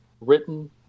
written